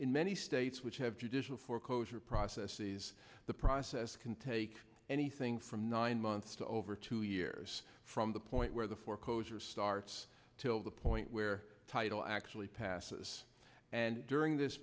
in many states which have judicial foreclosure process ease the process can take anything from nine months to over two years from the point where the foreclosure starts till the point where title actually passes and during this